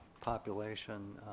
population